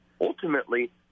Ultimately